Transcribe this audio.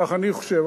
כך אני חושב,